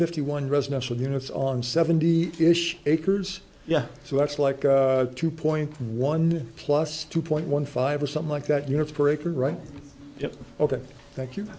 fifty one residential units on seventy acres yeah so that's like two point one plus two point one five or something like that you have to break right ok thank you